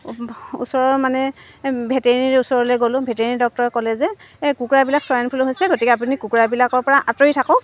ওচৰৰ মানে ভেটেনেৰী ওচৰলৈ গ'লোঁ ভেটেনেৰী ডক্টৰ ক'লে যে কুকুৰাবিলাক চোৱাইন ফ্লু হৈছে গতিকে আপুনি কুকুৰাবিলাকৰ পৰা আঁতৰি থাকক